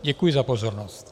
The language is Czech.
Děkuji za pozornost.